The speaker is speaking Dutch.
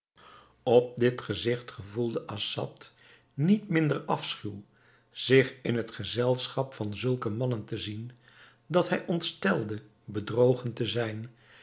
op dit gezigt gevoelde assad niet minder afschuw zich in het gezelschap van zulke mannen te zien dan hij ontstelde bedrogen te zijn